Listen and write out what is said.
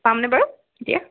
পামনে বাৰু এতিয়া